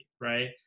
right